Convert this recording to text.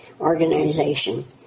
organization